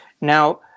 Now